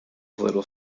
little